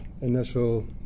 initial